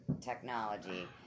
technology